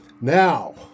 Now